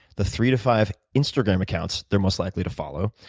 the three to five instagram accounts they're most likely to follow.